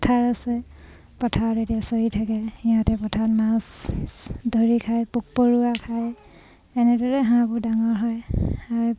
পথাৰ আছে পথাৰত এতিয়া চৰি থাকে সিহঁতে পথাৰত মাছ ধৰি খায় পোক পৰুৱা খায় এনেদৰে হাঁহবোৰ ডাঙৰ হয়